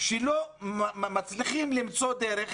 שלא מצליחים למצוא דרך